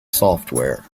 software